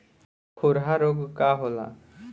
खुरहा रोग का होला?